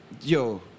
yo